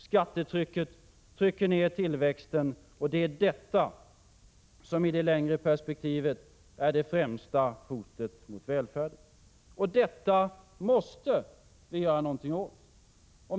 Skattetrycket trycker ned tillväxten, och det är detta som i det längre perspektivet är det främsta hotet mot välfärden. Det här måste vi göra någonting åt.